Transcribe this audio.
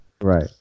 Right